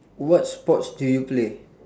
what sports do you play